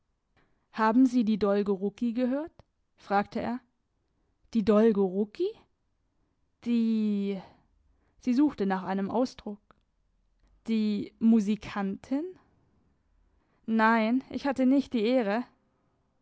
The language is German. haben sie die dolgorucki gehört fragte er die dolgorucki die sie suchte nach einem ausdruck die musikantin nein ich hatte nicht die ehre